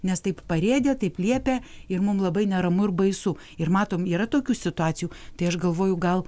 nes taip parėdė taip liepia ir mum labai neramu ir baisu ir matom yra tokių situacijų tai aš galvoju gal